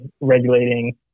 regulating